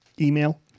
email